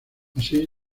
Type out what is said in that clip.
así